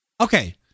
okay